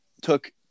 Took